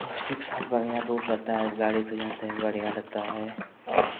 उसी के साथ बढ़ियाँ टूर रहता है गाड़ी से जाते हैं बढ़ियाँ लगता है